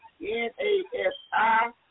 N-A-S-I-